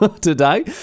today